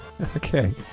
Okay